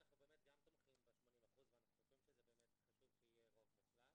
אנחנו באמת גם תומכים ב-80% וחושבים שזה חשוב שיהיה רוב מוחלט.